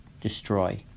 destroy